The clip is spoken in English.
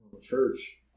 church